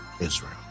Israel